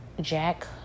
Jack